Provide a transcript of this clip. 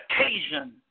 occasion